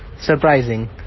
Surprising